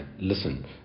listen